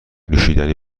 نوشیدنی